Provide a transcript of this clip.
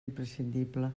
imprescindible